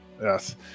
Yes